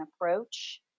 approach